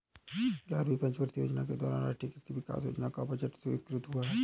ग्यारहवीं पंचवर्षीय योजना के दौरान राष्ट्रीय कृषि विकास योजना का बजट स्वीकृत हुआ